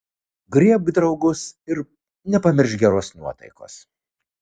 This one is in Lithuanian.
griebk draugus ir nepamiršk geros nuotaikos